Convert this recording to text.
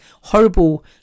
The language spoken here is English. horrible